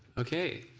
okay.